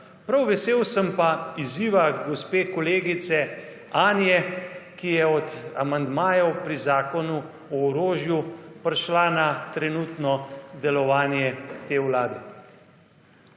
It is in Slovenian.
Prav vesel sem pa izziva gospe kolegice Anje, ki je od amandmajev pri Zakonu o orožju, prišla na trenutno delovanje te Vlade.